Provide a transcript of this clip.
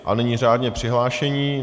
A nyní řádně přihlášení.